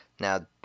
Now